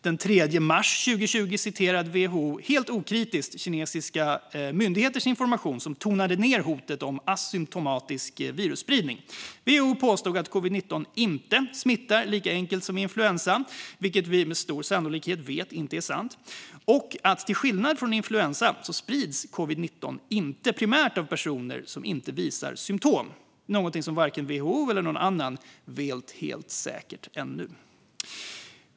Den 3 mars 2020 citerade WHO helt okritiskt information från kinesiska myndigheter som tonade ner hotet om asymtomatisk virusspridning. WHO påstod att covid-19 inte smittar lika enkelt som influensa, vilket vi med stor sannolikhet vet inte är sant, och att covid-19 till skillnad från influensa inte primärt sprids av personer som inte visar symtom, något som varken WHO eller någon annan vet helt säkert ännu.